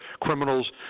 criminals